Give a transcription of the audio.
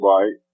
Right